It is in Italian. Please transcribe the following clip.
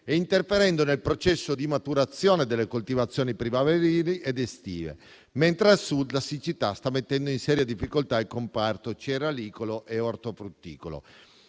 interferendo nel processo di maturazione delle coltivazioni primaverili ed estive, mentre al Sud la siccità sta mettendo in seria difficoltà il comparto cerealicolo e ortofrutticolo.